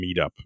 meetup